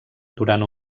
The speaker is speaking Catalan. durant